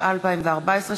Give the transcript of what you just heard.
התשע"ה 2014,